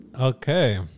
Okay